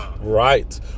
Right